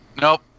Nope